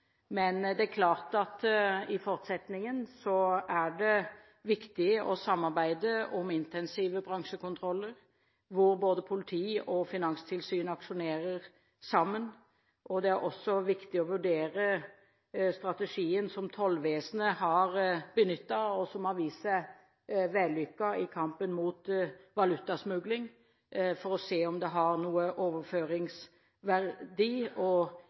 er det viktig å samarbeide om intensive bransjekontroller hvor både politi og Finanstilsynet aksjonerer sammen. Det er også viktig å vurdere strategien som tollvesenet har benyttet – og som har vist seg vellykket i kampen mot valutasmugling – for å se om det har noen overføringsverdi.